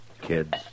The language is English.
kids